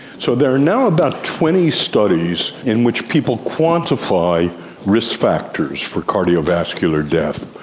so there are now about twenty studies in which people quantify risk factors for cardiovascular death,